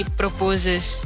proposes